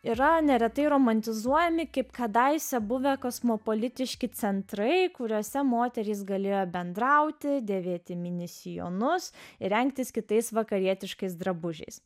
yra neretai romantizuojami kaip kadaise buvę kosmopolitiški centrai kuriuose moterys galėjo bendrauti dėvėti mini sijonus rengtis kitais vakarietiškais drabužiais